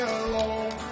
alone